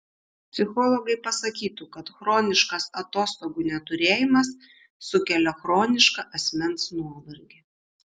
psichologai pasakytų kad chroniškas atostogų neturėjimas sukelia chronišką asmens nuovargį